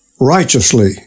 righteously